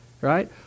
right